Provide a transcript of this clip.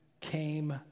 came